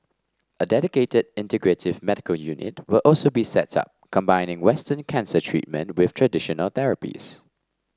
a dedicated integrative medical unit will also be set up combining Western cancer treatment with traditional therapies